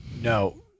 No